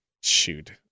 shoot